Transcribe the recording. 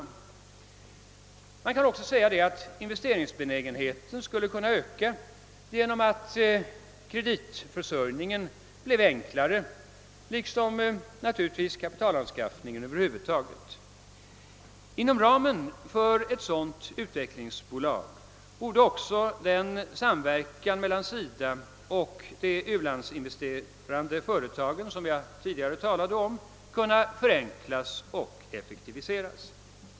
Man kan också säga att inyvesteringsbenägenheten skulle kunna öka genom att kreditförsörjningen bleve enklare, liksom naturligtvis kapitalanskaffningen över huvud taget. Inom ramen för ett sådant utvecklingsbolag borde också den samverkan mellan SIDA och de u-landsinvesterande företagen som jag tidigare talade om kunna förenklas och effektiviseras.